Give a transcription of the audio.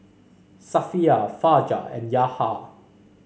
Safiya Fajar and Yahya